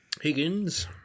Higgins